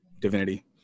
Divinity